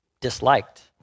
disliked